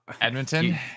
Edmonton